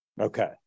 Okay